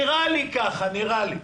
נראה לי ככה, נראה לי.